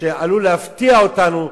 שעלול להפתיע אותנו,